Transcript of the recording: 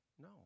No